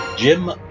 Jim